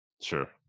Sure